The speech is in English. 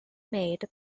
made